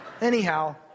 Anyhow